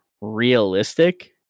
realistic